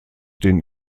den